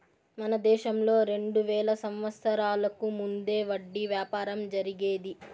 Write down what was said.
మన దేశంలో రెండు వేల సంవత్సరాలకు ముందే వడ్డీ వ్యాపారం జరిగేది